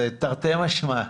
זה תרתי משמע,